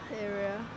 area